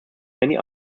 many